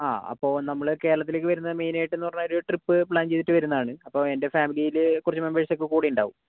ആ അപ്പോൾ നമ്മൾ കേരളത്തിലേക്ക് വരുന്നത് മെയിൻ ആയിട്ടെന്ന് പറഞ്ഞാൽ ഒരു ട്രിപ്പ് പ്ലാൻ ചെയ്തിട്ട് വരുന്നതാണ് അപ്പോൾ എൻ്റെ ഫാമിലിയിൽ കുറച്ച് മെമ്പേഴ്സ് ഒക്കെ കൂടെ ഉണ്ടാകും